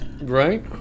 Right